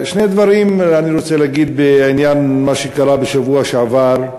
שני דברים אני רוצה להגיד בעניין מה שקרה בשבוע שעבר.